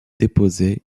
déposer